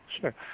sure